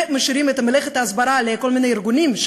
ומשאירים את מלאכת ההסברה לכל מיני ארגונים.